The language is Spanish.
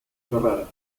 ferrara